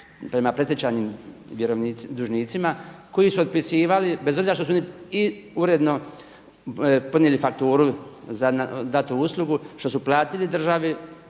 prema … dužnicima koji su otpisivali bez obzira što su oni i uredno podnijeli fakturu za danu uslugu, što su platili državi